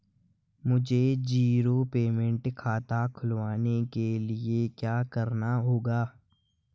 मुझे zero payment खाता खुलवाने के लिए क्या करना होगा?